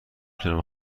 تونم